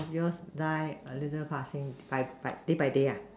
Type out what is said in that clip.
your style a little fashion day by day ya